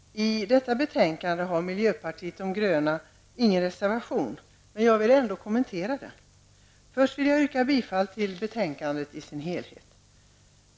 Herr talman! I detta betänkande har miljöpartiet de gröna ingen reservation, men jag vill ändå kommentera innehållet i betänkandet. Låt mig först yrka bifall till betänkandet i dess helhet.